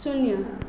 शून्य